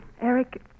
Eric